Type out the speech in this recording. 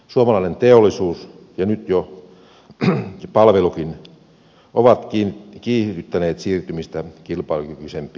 suomalainen teollisuus ja nyt jo palvelutkin ovat kiihdyttäneet siirtymistä kilpailukykyisempiin maihin